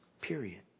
Period